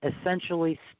Essentially